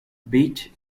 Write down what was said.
beach